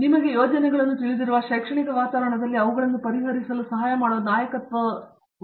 ನಿಮಗೆ ಯೋಜನೆಗಳನ್ನು ತಿಳಿದಿರುವ ಶೈಕ್ಷಣಿಕ ವಾತಾವರಣದಲ್ಲಿ ಅವುಗಳನ್ನು ಪರಿಹರಿಸಲು ಸಹಾಯ ಮಾಡಲು ನಾಯಕತ್ವವನ್ನು ತೋರಿಸುವಂತೆ ತಿಳಿದಿದೆಯೇ